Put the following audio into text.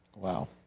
Wow